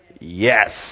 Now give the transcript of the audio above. Yes